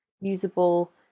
usable